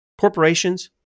corporations